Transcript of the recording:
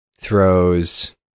throws